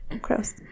Gross